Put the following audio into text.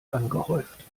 angehäuft